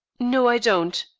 no, i don't.